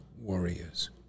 Warriors